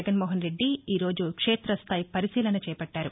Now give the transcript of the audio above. జగన్మోహన్రెడ్డి ఈ రోజు క్ష్మేతస్థాయి పరిశీలన చేపట్లారు